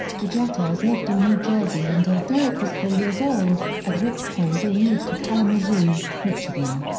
the jeters lived in new jersey until derek was four years old, at which point they moved to kalamazoo, michigan.